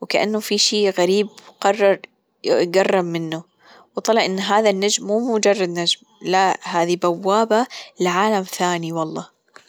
وكأنه في شي غريب قرر يجرب منه وطلع إن هذا النجم مو مجرد نجم لا هذي بوابة لعالم ثاني والله.